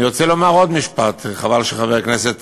אני רוצה לומר עוד משפט, חבל שחבר הכנסת